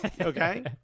okay